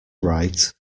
right